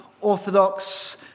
orthodox